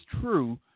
true